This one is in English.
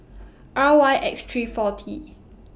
R Y X three four T